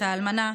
את האלמנה,